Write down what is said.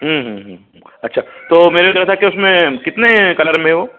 अच्छा तो मैं ये कह रहा था कि उसमें कितने कलर में है वो